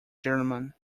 gentlemen